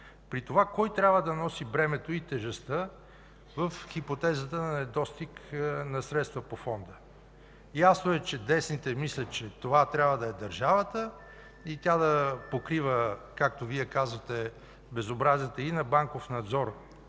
за това кой трябва да носи бремето и тежестта в хипотезата на недостиг на средства по Фонда. Ясно е, десните мислят, че това трябва да е държавата и тя да покрива, както Вие казвате, безобразията и на „Банков надзор”,